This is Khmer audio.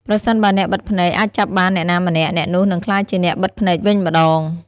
ប្រសិនបើអ្នកបិទភ្នែកអាចចាប់បានអ្នកណាម្នាក់ អ្នកនោះនឹងក្លាយជាអ្នកបិទភ្នែកវិញម្ដង។